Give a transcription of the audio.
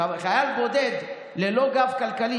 חייל בודד ללא גב כלכלי,